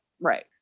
Right